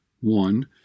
one